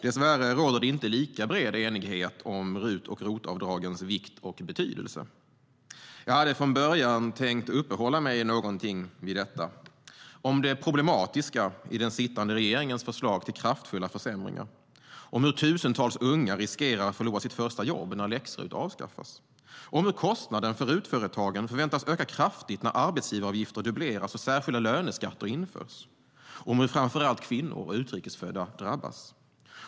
Dessvärre råder det inte lika bred enighet om RUT och ROT-avdragens vikt och betydelse. Jag hade från början tänkt uppehålla mig något vid detta och tala om det problematiska i den sittande regeringens förslag till kraftfulla försämringar. Om hur tusentals unga riskerar att förlora sitt första jobb när läx-RUT avskaffas. Om hur kostnaderna för RUT-företagen förväntas öka kraftigt när arbetsgivaravgifter dubbleras och särskilda löneskatter införs. Om hur framför allt kvinnor och utrikesfödda drabbas.